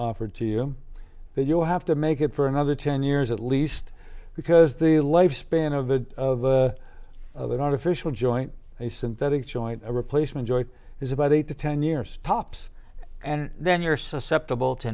offer to you then you'll have to make it for another ten years at least because the lifespan of a of an artificial joint a synthetic joint replacement joy is about eight to ten years tops and then you're susceptible to